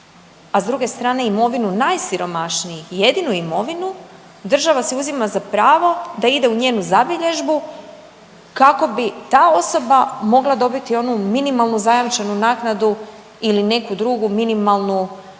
a s druge strane imovinu najsiromašnijih i jedinu imovinu država si uzima za pravo da ide u njenu zabilježbu kako bi ta osoba mogla dobiti onu minimalnu zajamčenu naknadu ili neku drugu minimalnu socijalnu